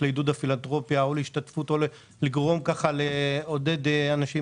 לעידוד הפילנתרופיה או להשתתפות לעודד אנשים,